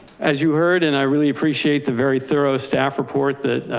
as you heard. and i really appreciate the very thorough staff report that,